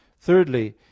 Thirdly